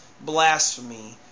blasphemy